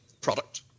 product